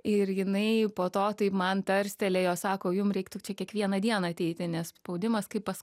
ir jinai po to taip man tarstelėjo sako jum reiktų čia kiekvieną dieną ateiti nes spaudimas kaip pas